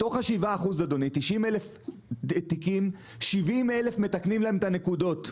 מתוך ה-7%, 70,000 מתקנים להם את הנקודות.